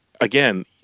again